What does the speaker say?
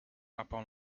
upon